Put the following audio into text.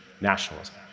nationalism